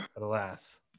Alas